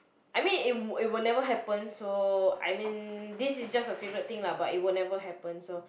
I mean it it will never happen so I mean this is just a favourite thing lah but it will never happen so